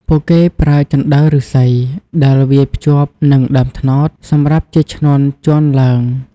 ពួកគេប្រើជណ្ដើរឫស្សី ដែលវាយភ្ជាប់នឹងដើមត្នោត សម្រាប់ជាឈ្នាន់ជាន់ឡើង។